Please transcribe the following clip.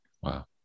Wow